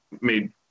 made